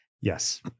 Yes